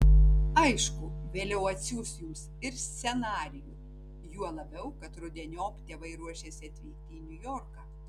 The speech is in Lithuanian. aišku vėliau atsiųs jums ir scenarijų juo labiau kad rudeniop tėvai ruošiasi atvykti į niujorką